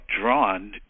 drawn